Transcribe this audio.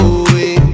away